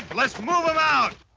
but let's move em out!